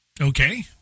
Okay